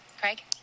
Craig